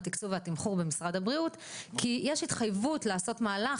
התקצוב והתמחור במשרד הבריאות כי יש התחייבות לעשות מהלך